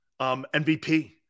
MVP